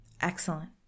Excellent